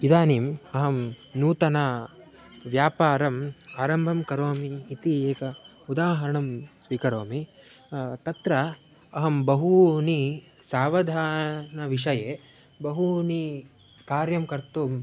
इदानीम् अहं नूतनं व्यापारम् आरम्भं करोमि इति एकम् उदाहरणं स्वीकरोमि तत्र अहं बहुषु सावधानविषयेषु बहूनि कार्याणि कर्तुं